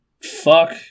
fuck